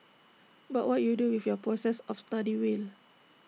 but what you do with your process of study will